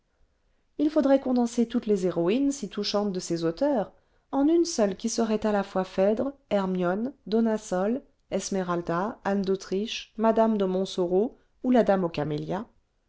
il faudrait condenser toutes les héroïnes si touchantes de ces auteurs en une seule qui se vingtième siècle serait à la fois phèdre hermione dona sol esmeralcla anne d'autriche madame de montsoreau ou la dame aux camélias